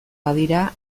badira